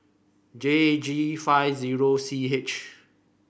J G five zero C H